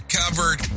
covered